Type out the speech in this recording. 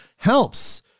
helps